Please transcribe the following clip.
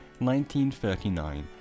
1939